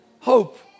Hope